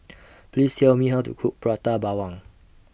Please Tell Me How to Cook Prata Bawang